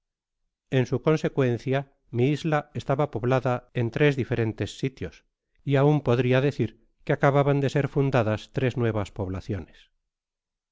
en su consecuencia mi isla estaba poblada en tres diferentes sitios y aun podria decir que acababan de ser fundadas tres nuevas poblaciones